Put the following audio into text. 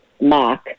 mark